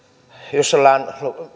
jos ollaan